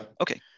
Okay